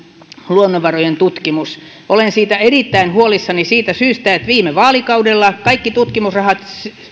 luonnonvarojen tutkimus olen siitä erittäin huolissani siitä syystä että viime vaalikaudella kaikki tutkimusrahat